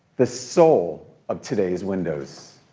the soul of today's windows.